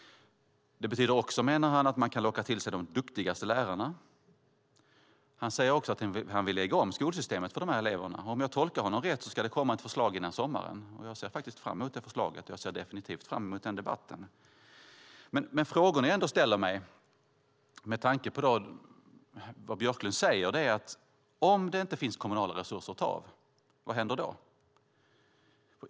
Det betyder också, menar han, att man kan locka till sig de duktigaste lärarna. Han säger också att han vill lägga om skolsystemet för dessa elever. Om jag har tolkat honom rätt ska det komma ett förslag före sommaren. Jag ser faktiskt fram emot förslaget, och jag ser definitivt fram emot debatten. Jag ställer mig en fråga med tanke på vad Björklund säger: Om det inte finns kommunala resurser att ta av, vad händer då?